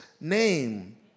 name